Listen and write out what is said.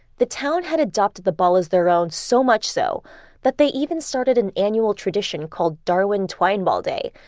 the town had adopted the ball as their own, so much so that they even started an annual tradition called darwin twine ball day,